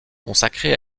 consacré